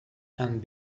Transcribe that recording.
and